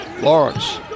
Lawrence